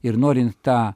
ir norint tą